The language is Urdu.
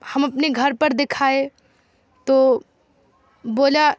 ہم اپنے گھر پر دکھائے تو بولا